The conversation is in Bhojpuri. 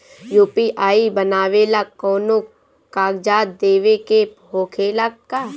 यू.पी.आई बनावेला कौनो कागजात देवे के होखेला का?